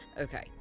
okay